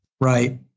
Right